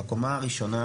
בקומה הראשונה,